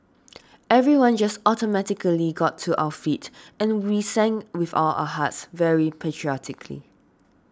everyone just automatically got to our feet and we sang with all our hearts very patriotically